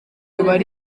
bari